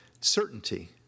certainty